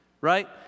right